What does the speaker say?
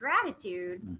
gratitude